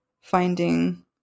finding